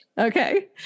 Okay